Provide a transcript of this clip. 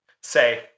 Say